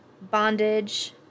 bondage